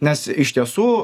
nes iš tiesų